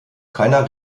keiner